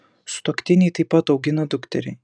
sutuoktiniai taip pat augina dukterį